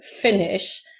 finish